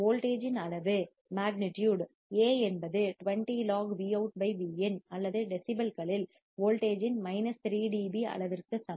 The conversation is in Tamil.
வோல்டேஜ் இன் அளவு மேக்னெட்யூட் A என்பது 20log Vout Vin அல்லது டெசிபல்களில் வோல்டேஜ் இன் 3 dB அளவிற்கு சமம்